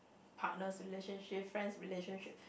partners relationship friends relationship